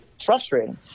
frustrating